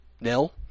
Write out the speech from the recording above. nil